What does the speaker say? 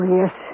yes